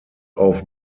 auf